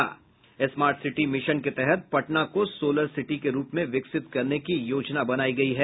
smart city mission के तहत पटना को सोलर सिटी के रूप में विकसित करने की योजना बनायी गयी है